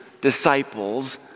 disciples